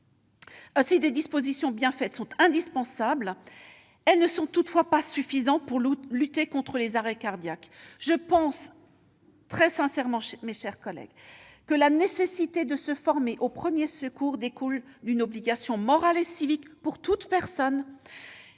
Si des dispositions bien faites sont indispensables, elles ne sont toutefois pas suffisantes pour lutter contre les arrêts cardiaques. Je pense sincèrement que la nécessité de se former aux premiers secours découle d'une obligation morale et civique pour toute personne,